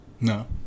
No